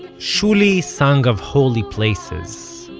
shuly sung of holy places.